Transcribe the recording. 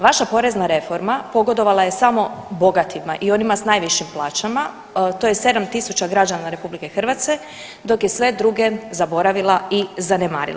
Vaša porezna reforma pogodovala je samo bogatima i onima s najvišim plaćama, to je 7 000 građana RH, dok je sve druge zaboravila i zanemarila.